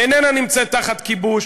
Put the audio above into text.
איננה נמצאת תחת כיבוש.